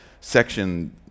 section